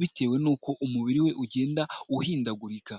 bitewe n'uko umubiri we ugenda uhindagurika.